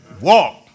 walk